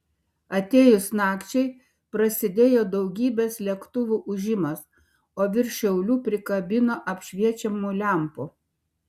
atėjus nakčiai prasidėjo daugybės lėktuvų ūžimas o virš šiaulių prikabino apšviečiamų lempų